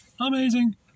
Amazing